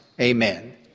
Amen